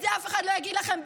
את זה אף אחד לא יגיד לכם,